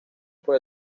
por